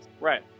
Right